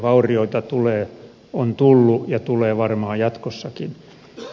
vaurioita tulee on tullut ja tulee varmaan jatkossakin